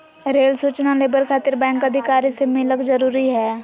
Rail सूचना labour खातिर bank अधिकारी से मिलक जरूरी है?